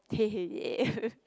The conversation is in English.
hey hey